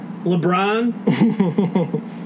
LeBron